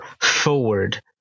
forward